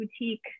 boutique